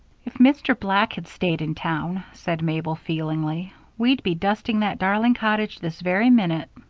if mr. black had stayed in town, said mabel, feelingly, we'd be dusting that darling cottage this very minute.